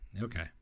Okay